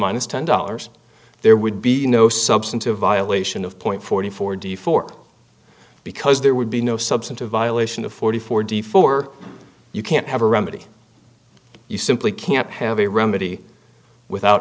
minus ten dollars there would be no substantive violation of point forty four d four because there would be no substantive violation of forty four d four you can't have a remedy you simply can't have a remedy without